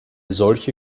solche